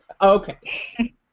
Okay